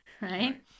right